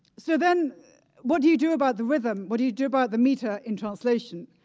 so then what do you do about the rhythm, what do you do by the meter in translation?